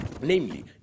Namely